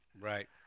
Right